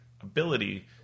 ability